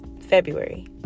February